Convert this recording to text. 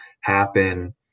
happen